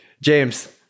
James